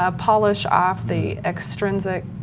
ah polish offer the external like